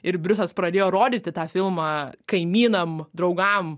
ir briusas pradėjo rodyti tą filmą kaimynam draugam